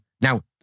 Now